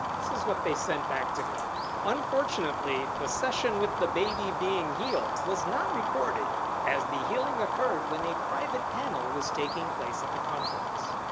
this is what they sent back to me unfortunately, the session with the baby being healed was not recorded as the healing occurred when a private panel was taking place at the conference.